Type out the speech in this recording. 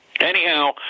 Anyhow